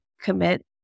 commit